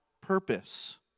purpose